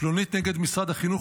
פלונית נגד משרד החינוך,